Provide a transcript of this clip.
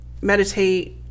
meditate